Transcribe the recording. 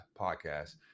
podcast